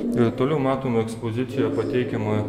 ir toliau matom ekspozicijoje pateikiama